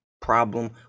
problem